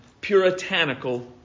puritanical